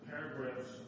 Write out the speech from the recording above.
Paragraphs